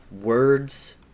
words